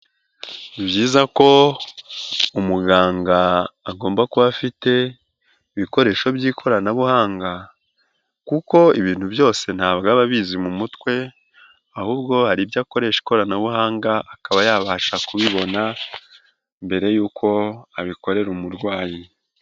Ni byiza ko umuganga agomba kuba afite ibikoresho by'ikoranabuhanga, kuko ibintu byose ntabwo aba abizi mu mutwe, ahubwo hari ibyo akoresha ikoranabuhanga akaba yabasha kubibona mbere y'uko abikorera umurwayi.